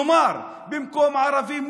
כלומר במקום "ערבים נוהרים",